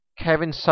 Kevin